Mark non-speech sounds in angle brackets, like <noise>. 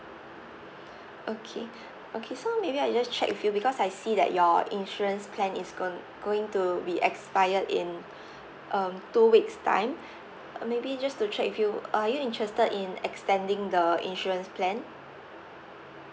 okay okay so maybe I just check with you because I see that your insurance plan is gon~ going to be expired in <breath> um two weeks time <breath> uh maybe just to check with you are you interested in extending the insurance plan